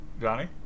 Johnny